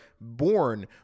born